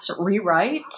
rewrite